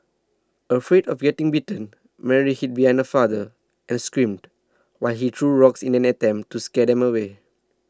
afraid of getting bitten Mary hid behind her father and screamed while he threw rocks in an attempt to scare them away